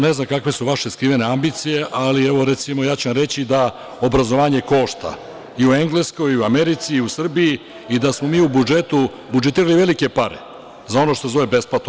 Ne znam kakve su vaše skrivene ambicije, ali reći ću vam da obrazovanje košta i u Engleskoj i u Americi i u Srbiji i da smo mi u budžetu budžetirali velike pare za ono što se zove besplatno.